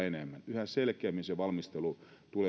yhä selkeämmin se valmistelu tulee